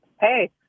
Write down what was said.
Hey